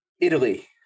Italy